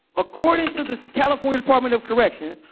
according to the california department of corrections,